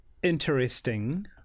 Interesting